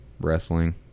wrestling